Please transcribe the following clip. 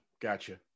Gotcha